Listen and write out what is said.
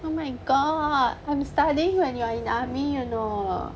oh my god I'm studying when you are in army you know